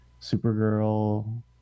Supergirl